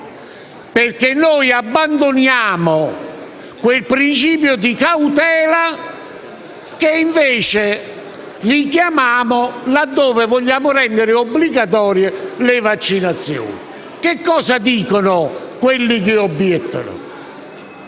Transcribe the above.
perché abbandoniamo il principio di cautela, che invece richiamiamo laddove vogliamo rendere obbligatorie le vaccinazioni. Cosa sostengono coloro che obiettano?